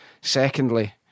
Secondly